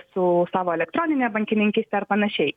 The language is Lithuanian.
su savo elektronine bankininkyste ar panašiai